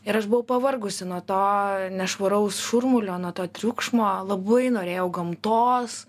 ir aš buvau pavargusi nuo to nešvaraus šurmulio nuo to triukšmo labai norėjau gamtos